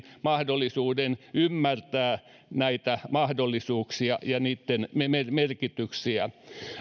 mahdollisuuden ymmärtää näitä mahdollisuuksia ja niitten merkityksiä